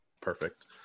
perfect